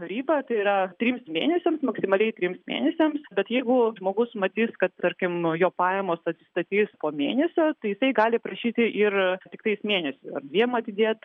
ribą tai yra trims mėnesiams maksimaliai trims mėnesiams bet jeigu žmogus matys kad tarkim nu jo pajamos atsistatys po mėnesio tai jisai gali prašyti ir tiktais mėnesiui ar dviem atidėt